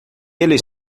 eles